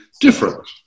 different